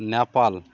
Nepal